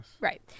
right